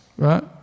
Right